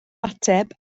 ateb